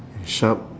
and sharp